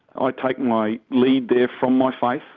i take my lead there from my faith.